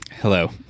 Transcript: hello